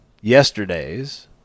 yesterday's